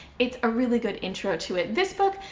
it's a really good intro to it. this book,